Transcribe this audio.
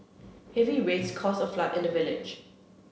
heavy rains caused a flood in the village